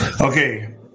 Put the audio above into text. Okay